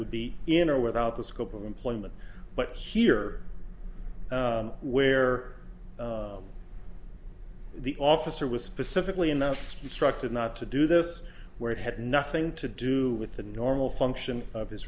would be in or without the scope of employment but here where the officer was specifically enough structured not to do this where it had nothing to do with the normal function of his